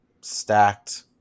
Stacked